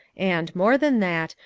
and, more than that,